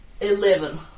Eleven